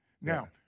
Now